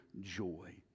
joy